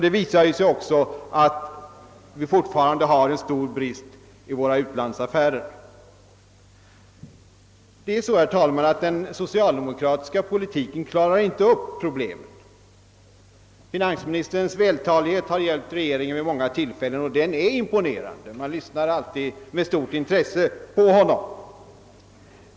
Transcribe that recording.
Detta visar sig också i att vi fortfarande har en stor brist i våra utlandsaffärer. Det är så, herr talman, att den socialdemokratiska politiken inte klarar upp problemen, Finansministerns vältalighet har hjälpt regeringen vid många tillfällen — den är imponerande, och man lyssnar alltid med stort intresse till finansministern.